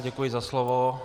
Děkuji za slovo.